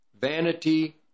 Vanity